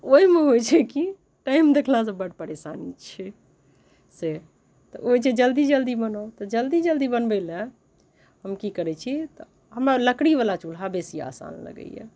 तऽ ओइमे होइ छै की टाइम देखलासँ बड़ परेशानी छै से तऽ होइ छै जल्दी जल्दी बनाउ जल्दी जल्दी बनबै लए हम की करै छी तऽ हमरा लकड़ीवला चूल्हा बेसी आसान लगैए